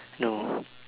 no